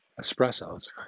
espressos